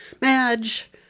Madge